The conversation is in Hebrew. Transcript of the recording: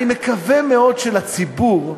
אני מקווה מאוד שלציבור,